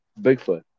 Bigfoot